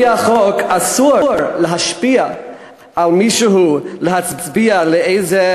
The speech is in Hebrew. לפי החוק אסור להשפיע על מישהו להצביע לאיזה